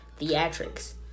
theatrics